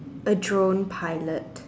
a drone pilot